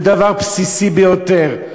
הוא דבר בסיסי יותר,